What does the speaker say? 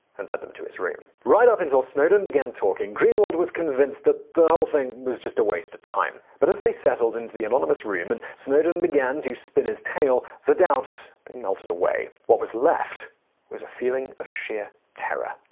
and led them to his room. right up until snowden began talking, greenwald was convinced the the whole thing was a a waste of time. but as they settled into the anonymous room and snowden began to spin his tale, the doubts slowly melted away. what was left was a feeling of sheer terror.